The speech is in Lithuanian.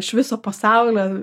iš viso pasaulio